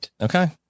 okay